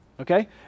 okay